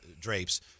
Drapes